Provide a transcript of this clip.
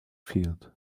field